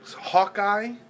Hawkeye